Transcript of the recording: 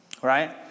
Right